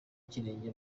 ikirenge